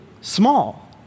small